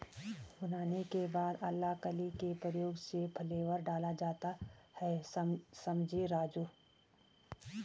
भुनाने के बाद अलाकली के प्रयोग से फ्लेवर डाला जाता हैं समझें राजु